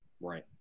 Right